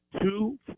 two